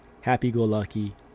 happy-go-lucky